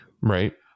Right